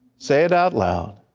say it out loud,